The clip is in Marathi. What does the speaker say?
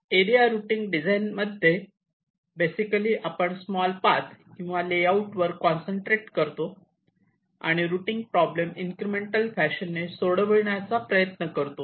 एरिया रुटींग डिझाईन मध्ये बेसिकली आपण स्मॉल पाथ किंवा लेआउट वर कॉन्सन्ट्रेट करतो आणि रुटींग प्रॉब्लेम इन्क्रिमेंटल फॅशन ने सोडवण्याचा प्रयत्न करतो